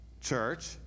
church